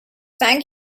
thank